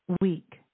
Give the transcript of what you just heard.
week